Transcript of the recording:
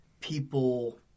people